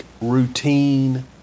routine